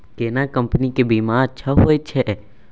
केना कंपनी के बीमा अच्छा होय छै?